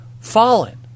Fallen